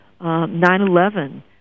9-11